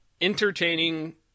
entertaining